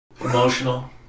Emotional